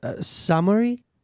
summary